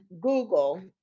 google